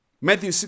Matthew